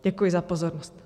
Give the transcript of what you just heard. Děkuji za pozornost.